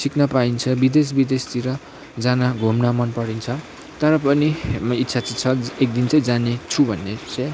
सिक्न पाइन्छ विदेश विदेशतिर जान घुम्न मन परिन्छ तर पनि मेरो इच्छा चाहिँ छ एकदिन चाहिँ जानेछु भन्ने चाहिँ